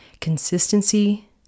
Consistency